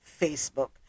Facebook